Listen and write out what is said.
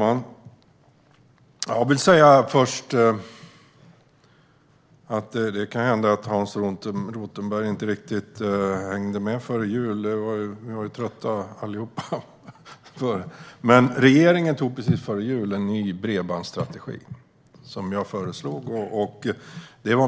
Herr talman! Det kan hända att Hans Rothenberg inte riktigt hängde med före jul, då vi ju allihop var trötta. Men regeringen antog precis före jul en ny bredbandsstrategi, som jag föreslagit,